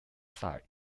side